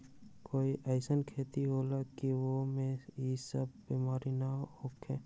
कोई अईसन खेती होला की वो में ई सब बीमारी न होखे?